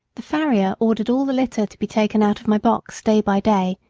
the farrier ordered all the litter to be taken out of my box day by day,